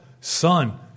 Son